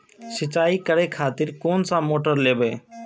सीचाई करें खातिर कोन सा मोटर लेबे?